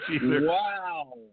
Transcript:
Wow